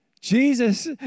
Jesus